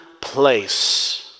place